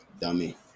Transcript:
Dummy